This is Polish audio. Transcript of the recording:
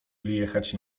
wyjechać